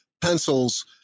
pencils